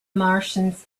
martians